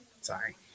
sorry